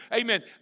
amen